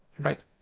Right